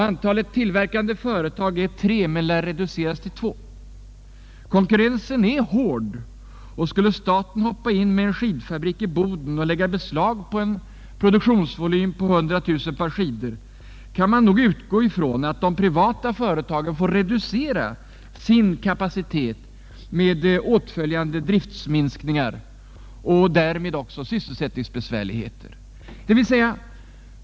Antalet tillverkande företag är för närvarande tre men lär komma att reduceras till två. Konkurrensen är hård, och skulle staten hoppa in med uppförande av en skidfabrik i Boden och lägga beslag på cen produktionsvolym av cirka 100 000 par skidor, kan man nog utgå ifrån att de privata företagen får reducera sin kapacitet, med ätföljande driftminskningar och därmed också sysselsättningsbesvärligheter.